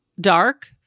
dark